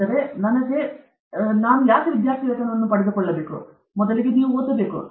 ಆದ್ದರಿಂದ ಅದಕ್ಕಾಗಿ ನೀವು ವಿದ್ಯಾರ್ಥಿವೇತನವನ್ನು ಪಡೆದುಕೊಳ್ಳಬೇಕು ನೀವು ಓದಬೇಕು